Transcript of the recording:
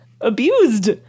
abused